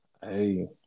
Hey